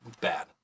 bad